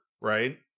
right